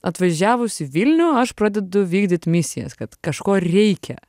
atvažiavus į vilnių aš pradedu vykdyt misijas kad kažko reikia